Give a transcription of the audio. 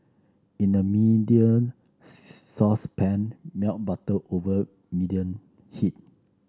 in a medium saucepan melt butter over medium heat